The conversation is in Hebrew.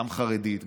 גם חרדית,